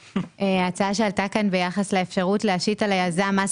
ההצעה שעלתה כאן ביחס לאפשרות להשית על היזם מס